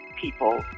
people